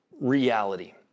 reality